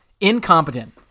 Incompetent